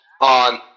on